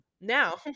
Now